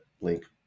link